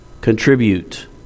contribute